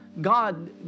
God